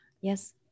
Yes